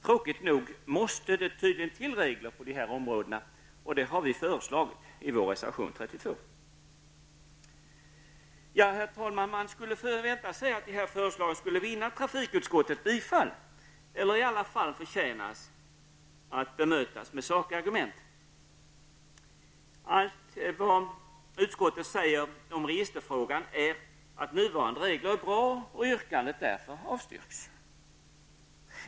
Tråkigt nog måste det tydligen till regler på dessa områden, och det har vi föreslagit i vår reservation Herr talman! Man skulle vänta sig att dessa förslag skulle vinna trafikutskottets bifall, eller i alla fall förtjäna att bemötas med sakargument. Allt vad utskottet säger om registerfrågan är att nuvarande regler är bra och att yrkandet därför avstyrks.